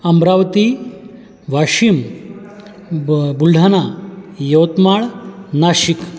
अमरावती वाशिम ब बुलढाणा यवतमाळ नाशिक